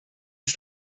ist